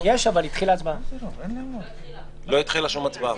לא התחילה שום הצבעה.